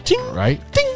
Right